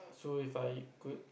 so If I could have